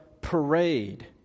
parade